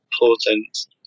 important